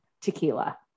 tequila